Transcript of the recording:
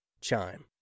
Chime